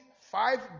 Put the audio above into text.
five